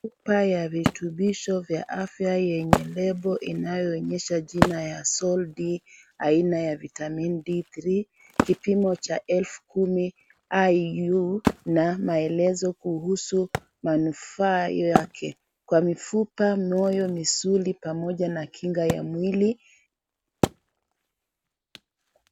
Chupa ya virutubishi vya afya yenye lebo inayoonyesha jina ya Soldi, Aina ya vitamini D3, kipimo cha elfu kumi IU na maelezo kuhusu manufaa yake kwa mifupa, moyo , misuli pamoja na kinga ya mwili.